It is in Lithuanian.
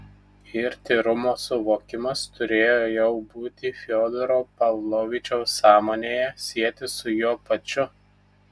ir tyrumo suvokimas turėjo jau būti fiodoro pavlovičiaus sąmonėje sietis su juo pačiu